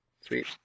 Sweet